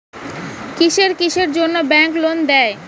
কিসের কিসের জন্যে ব্যাংক লোন দেয়?